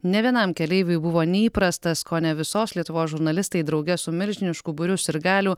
ne vienam keleiviui buvo neįprastas kone visos lietuvos žurnalistai drauge su milžinišku būriu sirgalių